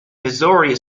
missouri